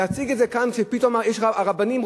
להציג את זה כאן שפתאום הרבנים,